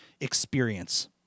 experience